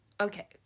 okay